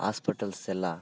hospitals ಎಲ್ಲ